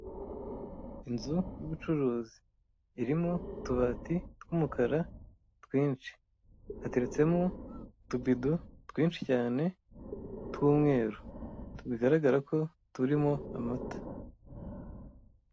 Inzu y'ubucuruzi irimo utubati tw'umukara twinshi, hateretsemo utubido twinshi cyane tw'umweru bigaragara ko turimo amata.